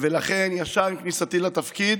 ולכן, ישר עם כניסתי לתפקיד